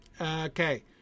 Okay